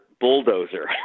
bulldozer